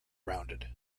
rounded